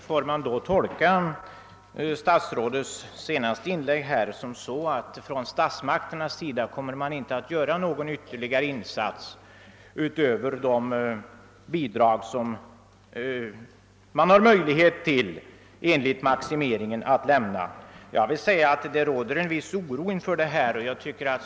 Herr talman! Får man tolka statsrådets senaste inlägg så, att statsmakterna inte kommer att göra någon ytterligare insats utöver de bidrag som det enligt maximeringen är möjligt att lämna? Det råder en viss oro inför situationen.